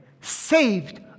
saved